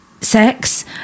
sex